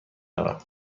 دارم